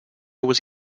was